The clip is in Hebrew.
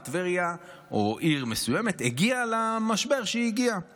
טבריה או עיר מסוימת הגיעה למשבר שהיא הגיעה אליו,